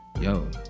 yo